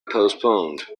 postponed